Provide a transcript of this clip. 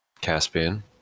Caspian